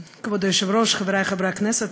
כבוד היושב-ראש, חברי חברי הכנסת,